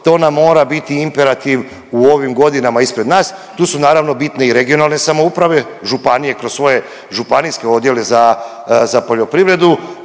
to nam mora biti imperativ u ovim godinama ispred nas. Tu su naravno bitne i regionalne samouprave, županije kroz svoje županijske odjele za, za poljoprivredu